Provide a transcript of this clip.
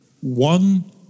one